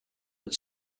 het